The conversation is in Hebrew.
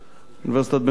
אוניברסיטת בן-גוריון,